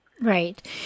Right